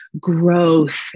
growth